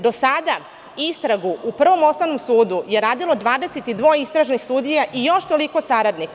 Do sada istragu u Prvom osnovnom sudu je radilo 22 istražnih sudija i još toliko saradnika.